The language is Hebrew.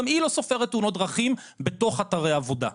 גם היא לא סופרת תאונות דרכים בתוך אתרי העבודה,